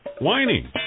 whining